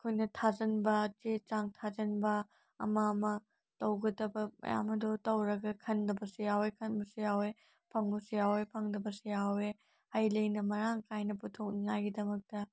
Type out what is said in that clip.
ꯑꯩꯈꯣꯏꯅ ꯊꯥꯖꯟꯕ ꯆꯦ ꯆꯥꯡ ꯊꯥꯖꯟꯕ ꯑꯃ ꯑꯃ ꯇꯧꯒꯗꯕ ꯃꯌꯥꯝ ꯑꯗꯣ ꯇꯧꯔꯒ ꯈꯟꯗꯕꯁꯨ ꯌꯥꯎꯏ ꯈꯟꯕꯁꯨ ꯌꯥꯎꯏ ꯐꯪꯕꯁꯨ ꯌꯥꯎꯏ ꯐꯪꯗꯕꯁꯨ ꯌꯥꯎꯏ ꯍꯩꯂꯩꯅ ꯃꯔꯥꯡ ꯀꯥꯏꯅ ꯄꯨꯊꯣꯛꯅꯤꯡꯉꯥꯏꯒꯤꯗꯃꯛꯇ